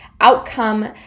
outcome